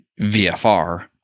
VFR